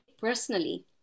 personally